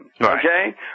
okay